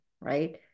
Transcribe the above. Right